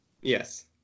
yes